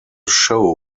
show